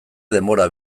denbora